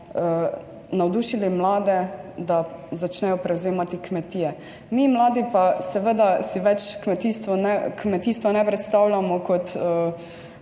navdušili mlade, da začnejo prevzemati kmetije, mi mladi pa seveda si več kmetijstvo ne, kmetijstva ne